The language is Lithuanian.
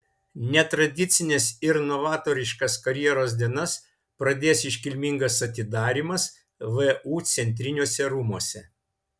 netradicines ir novatoriškas karjeros dienas pradės iškilmingas atidarymas vu centriniuose rūmuose